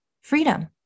freedom